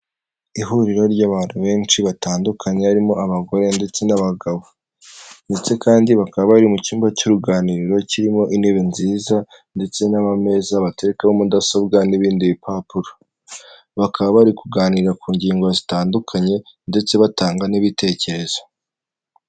Ihuriro ry'abantu benshi batandukanye harimo abagore ndetse n'abagabo ndetse kandi bakaba bari mu cyumba cy'uruganiriro kirimo intebe nziza ndetse n'ameza baterekaho mudasobwa n'ibindi bipapuro bakaba bari kuganira ku ngingo zitandukanye ndetse batanga n'ibitekerezo.